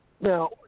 Now